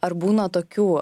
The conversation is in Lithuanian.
ar būna tokių